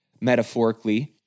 metaphorically